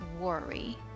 Worry